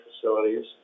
facilities